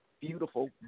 beautiful